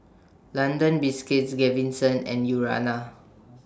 London Biscuits Gaviscon and Urana